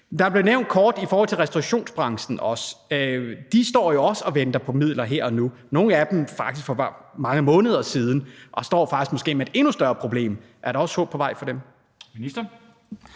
blev også kort nævnt i forhold til restaurationsbranchen. De står jo også og venter på midler her og nu – nogle af dem har ventet i mange måneder og står faktisk med et endnu større problem. Er der også håb om midler